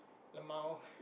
L M A O